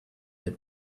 that